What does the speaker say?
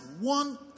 one